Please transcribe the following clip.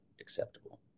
acceptable